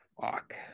fuck